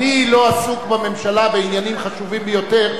אני לא עסוק בממשלה בעניינים חשובים ביותר,